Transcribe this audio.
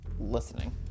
listening